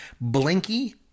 blinky